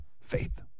Faith